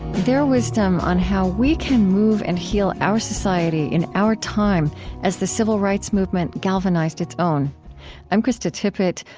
their wisdom on how we can move and heal our society in our time as the civil rights movement galvanized its own i'm krista tippett.